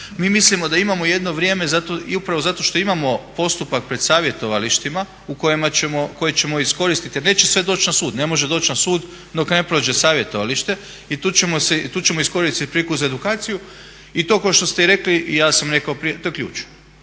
Mi mislimo da imamo jedno vrijeme i upravo zato što imamo postupak pred savjetovalištima koje ćemo iskoristiti jer neće sve doći na sud, ne može doći na sud dok ne prođe savjetovalište i tu ćemo iskoristit priliku za edukaciju. I to kao što ste i rekli, i ja sam rekao to je ključ.